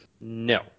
No